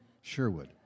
Sherwood